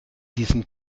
diesen